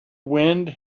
wind